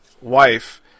wife